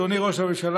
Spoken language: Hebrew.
אדוני ראש הממשלה,